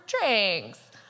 drinks